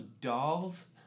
dolls